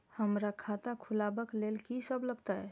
हमरा खाता खुलाबक लेल की सब लागतै?